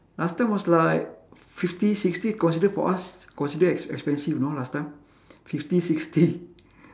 last time was like fifty sixty considered for us considered ex~ expensive you know last time fifty sixty